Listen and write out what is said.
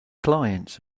clients